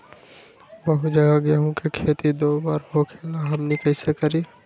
बहुत जगह गेंहू के खेती दो बार होखेला हमनी कैसे करी?